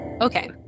Okay